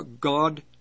God